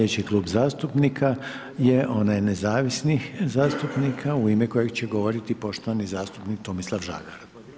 Sljedeći Klub zastupnika je onaj nezavisnih zastupnika u ime kojeg će govoriti poštovani zastupnik Tomislav Žagar.